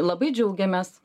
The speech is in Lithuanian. labai džiaugiames